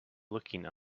looking